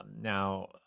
Now